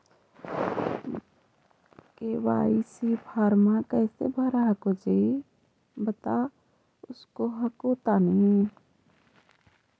KYC फॉर्मा कैसे भरा हको जी बता उसको हको तानी?